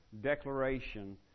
declaration